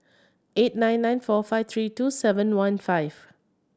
eight nine nine four five three two seven one five